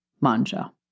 Manja